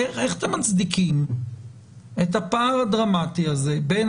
איך אתם מצדיקים את הפער הדרמטי הזה בין